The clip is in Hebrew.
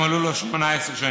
מדובר בנבחן שמלאו לו 18 שנים.